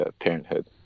parenthood